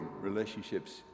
relationships